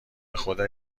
بخدا